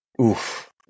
Oof